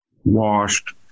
washed